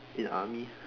in army